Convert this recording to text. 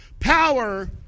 Power